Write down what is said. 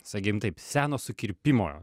sakykim taip seno sukirpimo